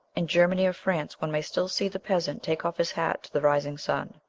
in germany or france one may still see the peasant take off his hat to the rising sun.